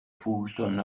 fulton